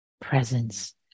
presence